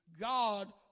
God